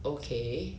okay